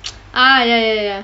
ah ya ya ya